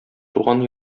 туган